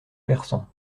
persan